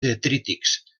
detrítics